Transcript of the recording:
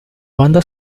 banda